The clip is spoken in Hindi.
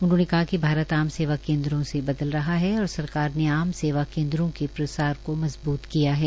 उन्होंने कहा कि भारत आम सेवा केंद्रों से बदल रहा है और सरकार ने आम सेवा केंद्रों के प्रसार को मजबूत किया है